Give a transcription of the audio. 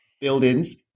buildings